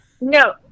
No